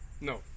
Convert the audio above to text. No